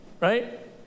right